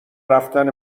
رفتن